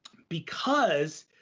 because